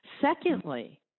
Secondly